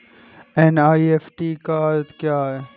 NEFT का अर्थ क्या है?